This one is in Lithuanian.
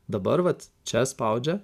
dabar vat čia spaudžia